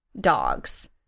dogs